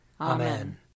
Amen